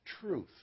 truth